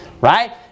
Right